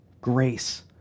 Grace